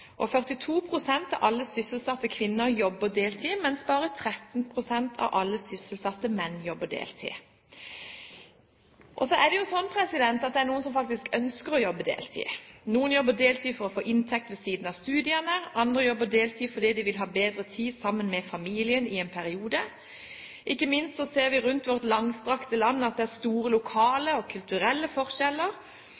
av alle sysselsatte kvinner jobber deltid, mens bare 13 pst. av alle sysselsatte menn jobber deltid. Det er jo slik at det er noen som faktisk ønsker å jobbe deltid. Noen jobber deltid for å få inntekt ved siden av studiene, andre jobber deltid fordi de vil ha bedre tid sammen med familien i en periode. Ikke minst ser vi rundt om i vårt langstrakte land at det er store